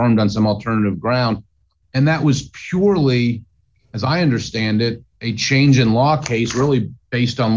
affirmed on some alternative ground and that was surely as i understand it a change in law case really based on